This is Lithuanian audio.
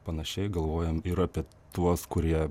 panašiai galvojam ir apie tuos kurie